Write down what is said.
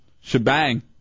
shebang